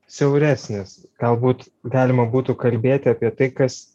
siauresnis galbūt galima būtų kalbėti apie tai kas